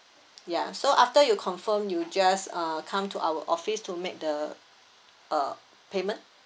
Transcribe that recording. ya so after you confirm you just uh come to our office to make the uh payment